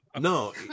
No